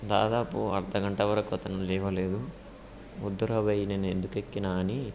దాదాపు అర్ధగంట వరకు అతను లేవలేదు వద్దురా బయ్ నేను ఎందుకు ఎక్కినా అని